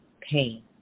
pain